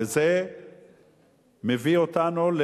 וזה מביא אותנו,